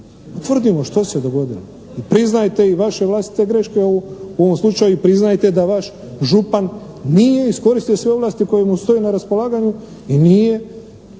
Utvrdimo što se dogodilo i priznajte i vaše vlastite greške. U ovom slučaju i priznajte da vaš župan nije iskoristio sve ovlasti koje mu stoje na raspolaganju i nije napravio